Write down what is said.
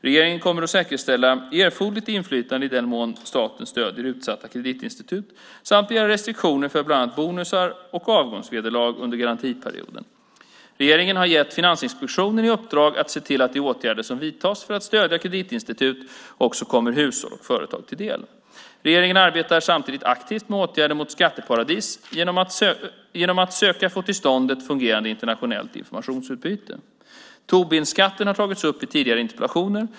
Regeringen kommer att säkerställa erforderligt inflytande i den mån staten stöder utsatta kreditinstitut samt begära restriktioner för bland annat bonusar och avgångsvederlag under garantiperioden. Regeringen har gett Finansinspektionen i uppdrag att se till att de åtgärder som vidtas för att stödja kreditinstitut också kommer hushåll och företag till del. Regeringen arbetar samtidigt aktivt med åtgärder mot skatteparadis genom att söka få till stånd ett fungerande internationellt informationsutbyte. Tobinskatten har tagits upp i tidigare interpellationer.